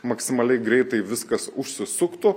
maksimaliai greitai viskas užsisuktų